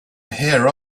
here